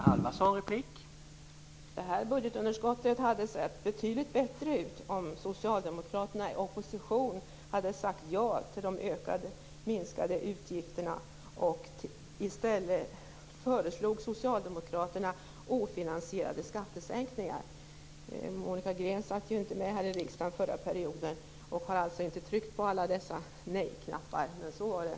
Herr talman! Budgetunderskottet hade sett betydligt bättre ut om Socialdemokraterna i opposition hade sagt ja till de minskade utgifterna. I stället föreslog Socialdemokraterna ofinansierade skattesänkningar. Monica Green satt inte i riksdagen under den förra perioden och har alltså inte tryckt på alla nej-knappar. Men så var det.